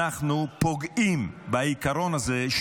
אנחנו פוגעים בעיקרון הזה,